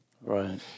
right